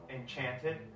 enchanted